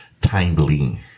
timely